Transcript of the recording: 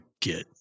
get